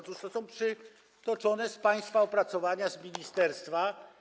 Otóż to są dane przytoczone z państwa opracowania, ministerstwa.